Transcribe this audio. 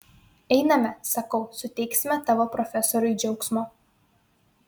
einame sakau suteiksime tavo profesoriui džiaugsmo